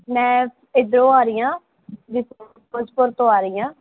ਮੈਂ ਇੱਧਰੋਂ ਆ ਰਹੀ ਹਾਂ ਫਿਰੋਜਪੁਰ ਤੋਂ ਆ ਰਹੀ ਹਾਂ